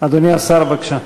אדוני השר, בבקשה.